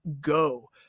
go